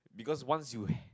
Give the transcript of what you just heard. because once you